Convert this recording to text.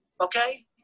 Okay